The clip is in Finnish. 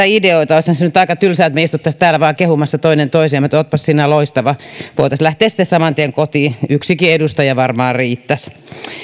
ideoita olisihan se nyt aika tylsää että me istuisimme täällä vain kehumassa toinen toisiamme että oletpas sinä loistava voitaisiin lähteä sitten saman tien kotiin yksikin edustaja varmaan riittäisi